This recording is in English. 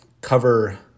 cover